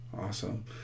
Awesome